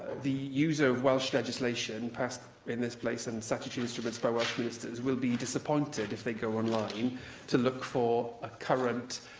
users of welsh legislation passed in this place and statutory instruments by welsh ministers will be disappointed if they go online to look for a current,